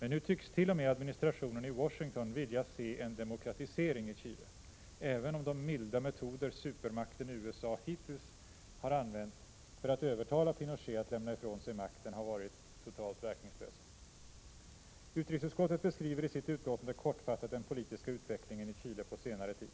Men nu tycks t.o.m. administrationen i Washington vilja se en demokratisering i Chile, även om de milda metoder supermakten USA hittills använt för att övertala Pinochet att lämna ifrån sig makten har varit totalt verkningslösa. Utrikesutskottet beskriver i sitt utlåtande kortfattat den politiska utvecklingen i Chile på senare tid.